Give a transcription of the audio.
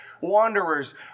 wanderers